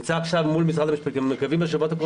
נמצא עכשיו מול משרד המשפטים ואנחנו מקווים בשבועות הקרובים.